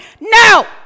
No